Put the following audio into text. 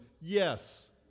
yes